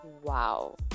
Wow